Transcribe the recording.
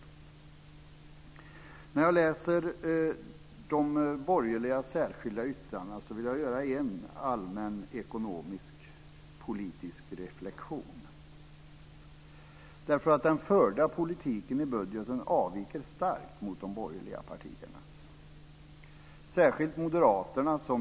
Efter att ha läst de borgerliga särskilda yttrandena vill jag göra en allmän ekonomiskpolitisk reflexion, därför att den förda politiken i budgeten avviker starkt från de borgerliga partiernas och särskilt Moderaternas.